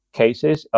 cases